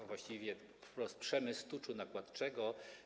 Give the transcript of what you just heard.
A właściwie wprost: na przemysł tuczu nakładczego.